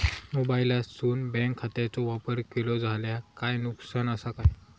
मोबाईलातसून बँक खात्याचो वापर केलो जाल्या काय नुकसान असा काय?